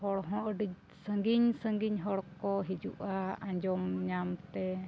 ᱦᱚᱲ ᱦᱚᱸ ᱟᱹᱰᱤ ᱥᱟᱺᱜᱤᱧᱼᱥᱟᱺᱜᱤᱧ ᱦᱚᱲᱠᱚ ᱦᱤᱡᱩᱜᱼᱟ ᱟᱸᱡᱚᱢ ᱧᱟᱢᱛᱮ